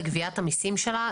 בגביית המסים שלה,